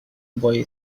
boy